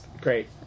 great